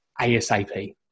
ASAP